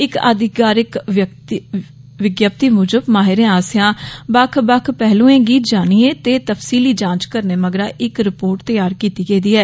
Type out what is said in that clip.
इस अधिकारिक विज्ञप्ति मुजब माहिरें आसेया बक्ख बक्ख पैह्लुएं गी जानिएं ते तफसीली जांच करने मगरा इक रिपोट तैयार कीती गेदी ऐ